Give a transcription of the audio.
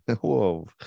Whoa